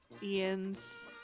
Ians